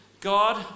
God